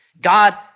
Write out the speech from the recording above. God